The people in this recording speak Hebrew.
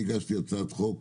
אני הגשתי הצעת חוק,